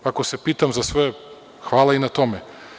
Ako se pitam za sve, hvala i na tome.